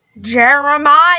Jeremiah